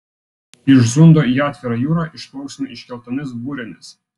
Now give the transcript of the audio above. iš zundo į atvirą jūrą išplauksime iškeltomis burėmis